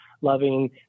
loving